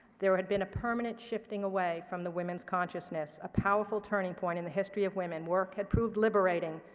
there had been a permanent shifting away from the women's consciousness, a powerful turning point in the history of women. work had proved liberating,